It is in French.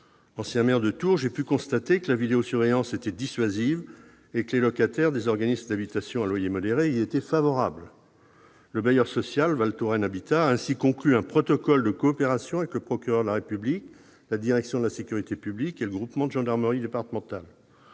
Ancien maire de Tours, j'ai pu constater que la vidéosurveillance était dissuasive et que les locataires des organismes d'habitation à loyer modéré y étaient favorables. Le bailleur social Val Touraine Habitat a ainsi conclu un protocole de coopération avec le procureur de la République, la direction de la sécurité publique et le groupement de gendarmerie départementale.